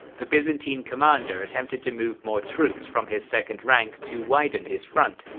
the byzantine commander attempted to move more troops from his second rank to widen his front,